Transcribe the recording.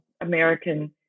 American